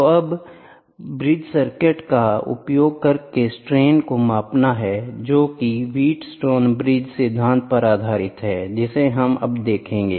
तो अब पुल सर्किट का उपयोग करके स्ट्रेन को मापना है जो कि व्हीटस्टोन ब्रिज सिद्धांत पर आधारित हैं जिसे हम अब देखेंगे